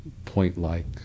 point-like